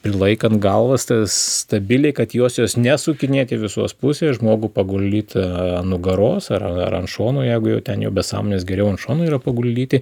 prilaikant galvą sta stabiliai kad josios nesukinėti į visos pusės žmogų paguldyt ant nugaros ar ar ant šono jeigu jau ten be sąmonės geriau ant šono yra paguldyti